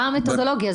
מה המתודולוגיה?